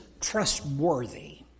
trustworthy